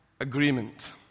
agreement